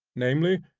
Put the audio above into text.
namely,